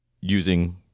using